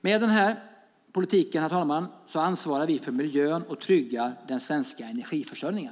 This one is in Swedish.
Med den politiken, herr talman, ansvarar vi för miljön och tryggar den svenska energiförsörjningen.